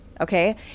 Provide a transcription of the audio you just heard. okay